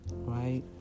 Right